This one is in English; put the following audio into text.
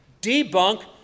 debunk